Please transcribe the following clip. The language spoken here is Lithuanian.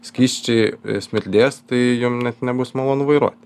skysčiai smirdės tai jum net nebus malonu vairuot